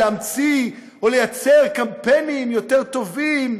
להמציא או לייצר קמפיינים יותר טובים.